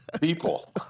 People